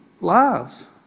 lives